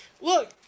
look